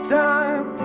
time